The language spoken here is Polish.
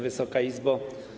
Wysoka Izbo!